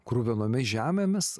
kruvinomis žemėmis